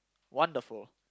wonderful